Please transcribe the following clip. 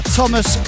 Thomas